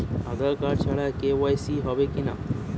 আধার card ছাড়া KYC হবে কিনা?